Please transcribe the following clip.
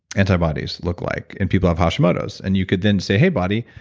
antibodies look like, and people have hashimoto's. and you could then say, hey, body,